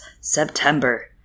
September